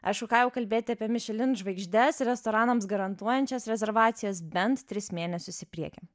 aišku ką jau kalbėti apie mišelin žvaigždes restoranams garantuojančias rezervacijas bent tris mėnesius į priekį